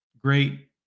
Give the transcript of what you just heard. Great